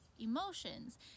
emotions